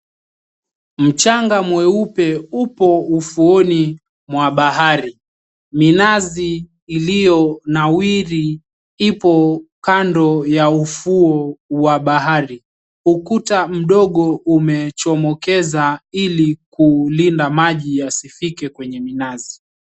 Mchanga mweupe upo ufuoni mwa bahari. Minazi iliyonawiri ipo kando ya ufuo wa bahari. Ukuta mdogo umechomokeza ili kulinda maji yasifike kwenye minazi.